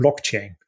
blockchain